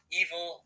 evil